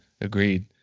Agreed